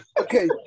Okay